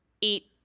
eat